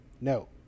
No